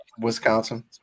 Wisconsin